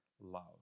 love